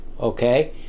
Okay